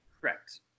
correct